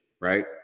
right